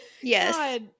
yes